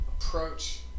approach